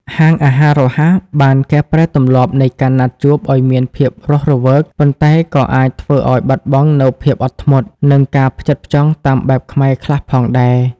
ហាងអាហាររហ័សបានកែប្រែទម្លាប់នៃការណាត់ជួបឱ្យមានភាពរស់រវើក ប៉ុន្តែក៏អាចធ្វើឱ្យបាត់បង់នូវភាពអត់ធ្មត់ និងការផ្ចិតផ្ចង់តាមបែបខ្មែរខ្លះផងដែរ។